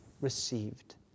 received